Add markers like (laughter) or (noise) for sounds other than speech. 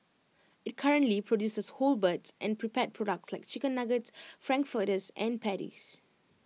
(noise) IT currently produces whole birds and prepared products like chicken Nuggets Frankfurters and patties